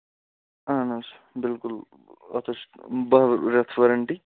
اَہَن حظ بِلکُل اَتھ حظ چھِ باہ رٮ۪تھ وارَنٹی